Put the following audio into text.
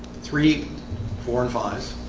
three four and five